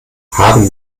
haben